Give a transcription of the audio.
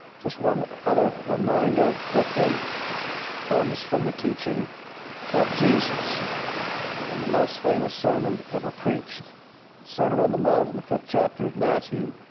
just one other reminder quickly comes from the teachings of jesus in the most famous sermon ever preached. the sermon on the mount in the fifth chapter of matthew,